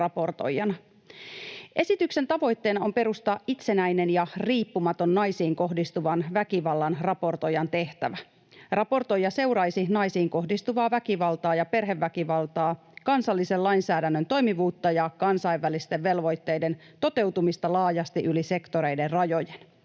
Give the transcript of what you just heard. raportoijana. Esityksen tavoitteena on perustaa itsenäinen ja riippumaton naisiin kohdistuvan väkivallan raportoijan tehtävä. Raportoija seuraisi naisiin kohdistuvaa väkivaltaa ja perheväkivaltaa, kansallisen lainsäädännön toimivuutta ja kansainvälisten velvoitteiden toteutumista laajasti yli sektoreiden rajojen.